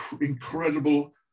incredible